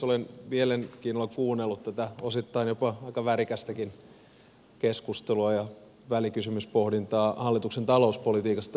olen mielenkiinnolla kuunnellut tätä osittain jopa aika värikästäkin keskustelua ja välikysymyspohdintaa hallituksen talouspolitiikasta